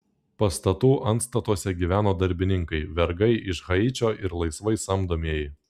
pastatų antstatuose gyveno darbininkai vergai iš haičio ir laisvai samdomieji